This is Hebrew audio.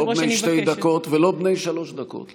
לא בני שתי דקות ולא בני שלוש דקות.